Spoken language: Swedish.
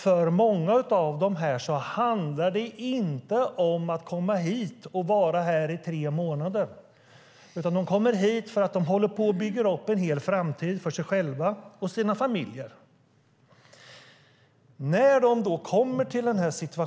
För många av dem handlar det inte om att komma hit och vara här i tre månader, utan de kommer hit för att de håller på att bygga upp en framtid för sig själva och sina familjer.